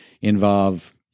involve